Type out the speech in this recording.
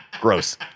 Gross